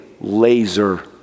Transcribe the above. laser